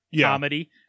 comedy